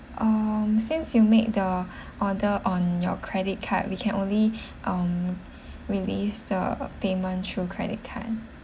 um since you make the order on your credit card we can only um release the payment through credit card